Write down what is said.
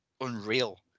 unreal